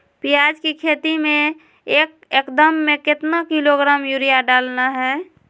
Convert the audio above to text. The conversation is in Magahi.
प्याज की खेती में एक एकद में कितना किलोग्राम यूरिया डालना है?